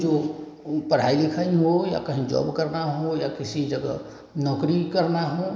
जो ओ पढ़ाई लिखाई में हो या कहीं जॉब करना हो या किसी जगह नौकरी करना हो